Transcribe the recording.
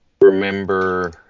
remember